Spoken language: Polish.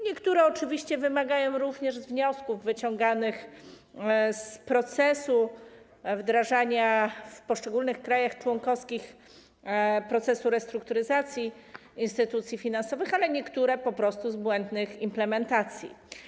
Niektóre oczywiście wynikają również z wniosków wyciąganych z wdrażania w poszczególnych krajach członkowskich procesu restrukturyzacji instytucji finansowych, ale niektóre po prostu z błędnych implementacji.